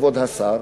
כבוד השר,